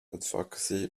advocacy